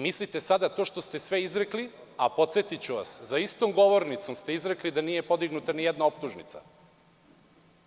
Mislite sada to što ste sve izrekli, a podsetiću vas, za istom govornicom se izrekli da nije podignuta ni jedna optužnica,